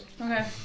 Okay